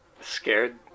scared